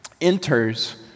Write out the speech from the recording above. enters